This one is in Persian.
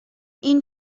این